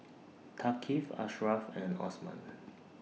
Thaqif Ashraff and Osman